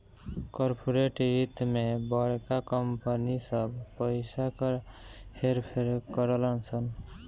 corporate वित्त मे बड़का कंपनी सब पइसा क हेर फेर करेलन सन